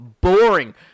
boring